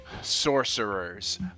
sorcerers